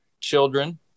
children